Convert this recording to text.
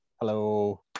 Hello